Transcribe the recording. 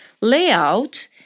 layout